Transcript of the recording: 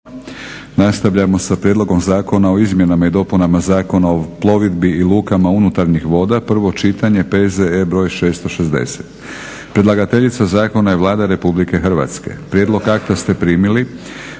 Nastavljamo sa 6. Prijedlog zakona o izmjenama i dopunama Zakona o plovidbi i lukama unutarnjih voda, prvo čitanje, P.Z.E. br. 660; Predlagateljica zakona je Vlada Republike Hrvatske. Prijedlog akta ste primili.